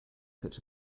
such